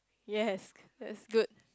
yes that's good